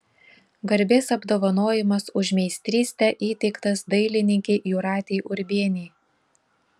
garbės apdovanojimas už meistrystę įteiktas dailininkei jūratei urbienei